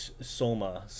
Soma